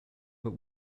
but